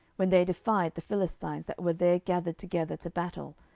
when they defied the philistines that were there gathered together to battle,